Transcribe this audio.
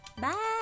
Bye